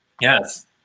Yes